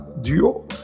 duo